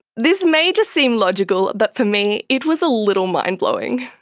this may just seem logical but for me it was a little mind-blowing.